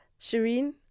Shireen